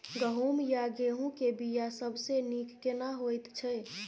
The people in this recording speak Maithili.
गहूम या गेहूं के बिया सबसे नीक केना होयत छै?